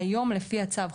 שהיום לפי הצו,